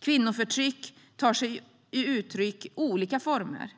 Kvinnoförtryck tar sig uttryck i olika former,